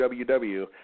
www